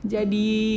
Jadi